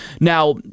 Now